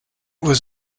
was